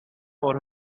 for